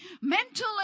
Mentally